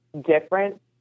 different